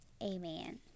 Amen